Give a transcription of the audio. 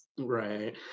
Right